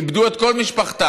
איבדו את כל משפחתם,